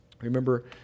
Remember